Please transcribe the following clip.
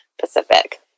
Pacific